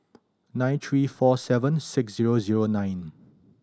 nine three four seven six zero zero nine